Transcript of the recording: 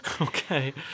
okay